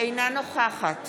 אינה נוכחת